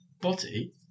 body